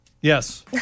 Yes